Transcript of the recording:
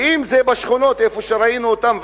ואם בשכונות שראינו אותם,